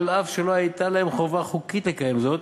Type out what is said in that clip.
אף שלא הייתה להם חובה חוקית לקיים זאת,